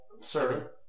sir